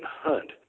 hunt